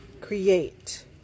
create